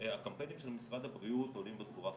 הקמפיינים של משרד הבריאות עולים בצורה חלקה,